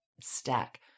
stack